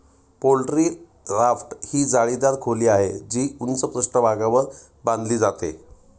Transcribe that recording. poultry raft ही जाळीदार खोली आहे, जी उंच पृष्ठभागावर बांधली जाते